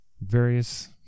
various